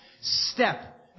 step